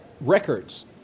records